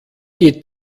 geht